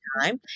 time